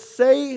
say